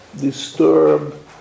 disturb